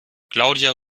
claudia